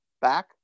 back